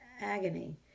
agony